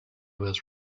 was